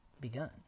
begun